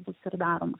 bus ir daroma